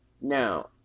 Now